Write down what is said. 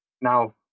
Now